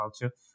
culture